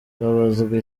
babazwa